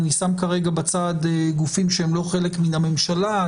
אני שם כרגע בצד גופים שהם לא חלק מן הממשלה.